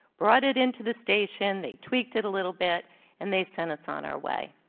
brought it into the station. they tweaked it a little bit and they sent us on our way.